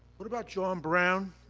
what about john brown?